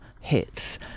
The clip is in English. hits